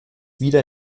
wieder